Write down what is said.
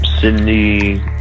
sydney